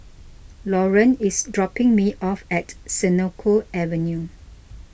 Lauren is dropping me off at Senoko Avenue